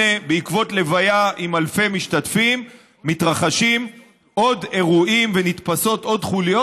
בעקבות לוויה עם אלפי משתתפים מתרחשים עוד אירועים ונתפסות עוד חוליות